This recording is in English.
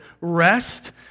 rest